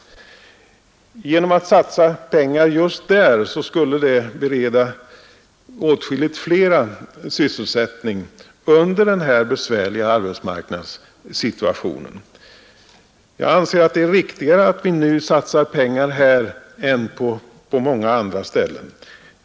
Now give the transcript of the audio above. Genom att satsa pengar just där skulle man bereda åtskilligt flera sysselsättning i den här besvärliga arbetsmarknadssituationen. Jag anser att det är riktigare att vi nu satsar pengar här än på många andra ställen.